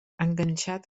enganxat